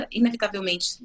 inevitavelmente